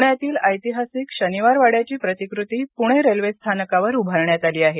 पुण्यातील ऐतिहासिक शनिवार वाङ्याची प्रतिकृती पूणे रेल्वे स्थानकावर उभारण्यात आली आहे